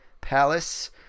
palace